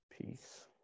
peace